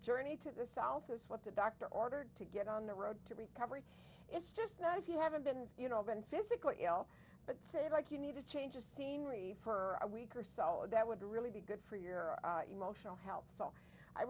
journey to the south is what the doctor ordered to get on the road to recovery it's just not if you haven't been you know been physically ill but say like you need a change of scenery for a week or so that would really be good for your emotional health so i